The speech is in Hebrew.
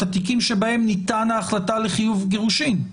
התיקים שבהם ניתנה החלטה לחיוב גירושין,